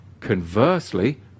conversely